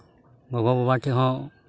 ᱜᱚᱜᱚᱼᱵᱟᱵᱟ ᱴᱷᱮᱡ ᱦᱚᱸ